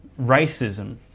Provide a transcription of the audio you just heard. racism